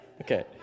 okay